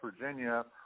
Virginia